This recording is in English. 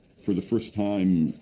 for the first time,